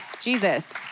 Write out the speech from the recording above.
Jesus